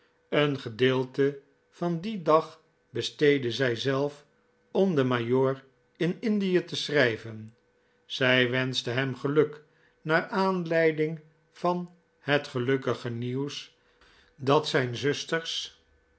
een gedeelte van dien dag besteedde zij zelf om den majoor in indie te schrijven zij wenschte hem geluk naar aanleiding van het gelukkige nieuws dat zijn zusters